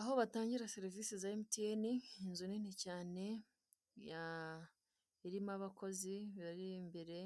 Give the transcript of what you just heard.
Aho batangira serivise za emutiyeni, inzu nini cyane ya irimo abakozi bari imbere,